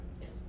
Yes